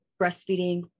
breastfeeding